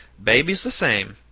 babies the same.